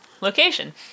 location